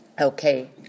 Okay